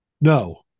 No